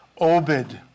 Obed